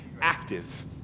active